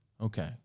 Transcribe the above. Okay